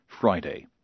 Friday